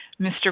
Mr